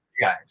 guys